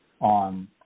on